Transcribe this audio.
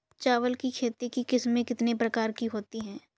चावल की खेती की किस्में कितने प्रकार की होती हैं?